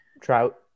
Trout